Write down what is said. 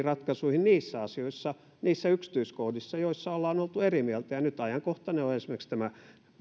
ratkaisuihin niissä asioissa niissä yksityiskohdissa joissa ollaan oltu eri mieltä ja nyt ajankohtainen on esimerkiksi tämä